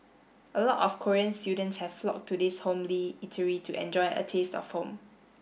a lot of Korean students have flocked to this homely eatery to enjoy a taste of home